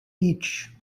each